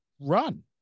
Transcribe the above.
run